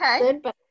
Okay